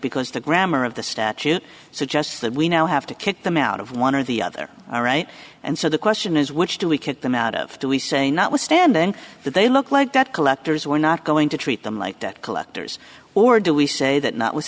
because the grammar of the statute suggests that we now have to kick them out of one or the other all right and so the question is which do we kick them out of do we say notwithstanding that they look like that collectors we're not going to treat them like debt collectors or do we say that notwith